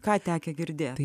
ką tekę girdėti